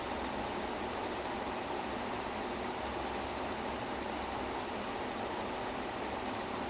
eh but apparently they release the parlor version of the movies ya the first one or with